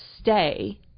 stay